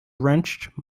wrenched